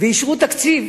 ואישרו תקציב